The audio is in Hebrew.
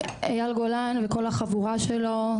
ט': אייל גולן וכל החבורה שלו,